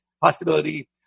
possibility